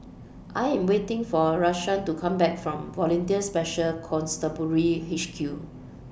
I Am waiting For Rashawn to Come Back from Volunteer Special Constabulary H Q